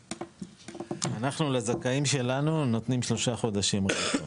אנחנו לזכאים שלנו נותנים שלושה חודשים.